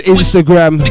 Instagram